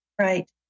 Right